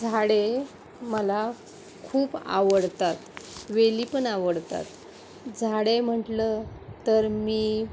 झाडे मला खूप आवडतात वेली पण आवडतात झाडे म्हटलं तर मी